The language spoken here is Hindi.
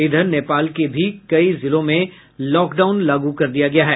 इधर नेपाल के भी कई जिलों में लॉकडाउन लागू कर दिया गया है